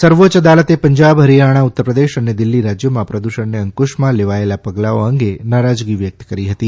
સર્વોચ્ય અદાલતે પંજાબ હરિયાણા ઉત્તરપ્રદેશ અને દિલ્ફી રાજ્યોમાં પ્રદૂષણને અંકુશમાં લેવાયેલા પગલાઓ અંગે નારાજગી વ્યક્ત કરી હતી